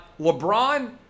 LeBron